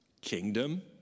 Kingdom